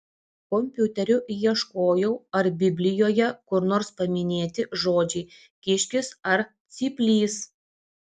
kompiuteriu ieškojau ar biblijoje kur nors paminėti žodžiai kiškis ar cyplys